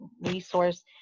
resource